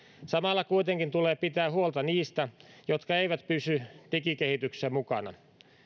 samalla kuitenkin tulee pitää huolta niistä jotka eivät pysy digikehityksessä mukana